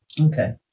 Okay